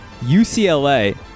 UCLA